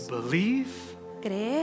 believe